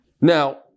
Now